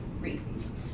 reasons